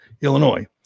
Illinois